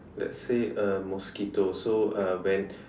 let's say a mosquito so uh when